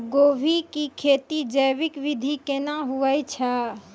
गोभी की खेती जैविक विधि केना हुए छ?